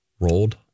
rolled